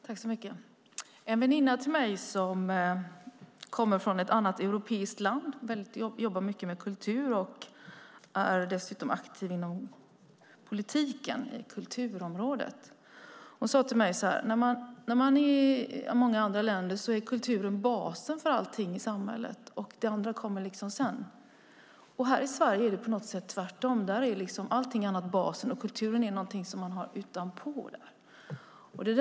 Herr talman! Jag har en väninna som kommer från ett annat europeiskt land. Hon jobbar med kultur och är dessutom aktiv inom politiken på kulturområdet. Hon sade till mig: I många länder är kulturen basen för allt i samhället. Det andra kommer sedan. Här i Sverige är det tvärtom. Här är allt annat basen och kulturen något som man har utanpå det.